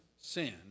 sin